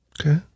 Okay